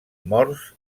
morts